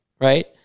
Right